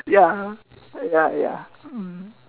ya ya ya mm